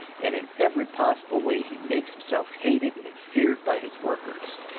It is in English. and in every possible way he makes himself hated and feared by his workers.